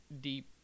deep